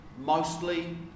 mostly